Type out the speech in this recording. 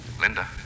Linda